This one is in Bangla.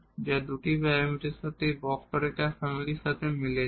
যা দুটি প্যারামিটারের সাথে এই কার্ভ ফ্যামিলিের সাথে মিলে যায়